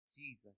Jesus